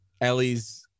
Ellie's